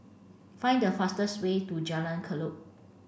find the fastest way to Jalan Kelulut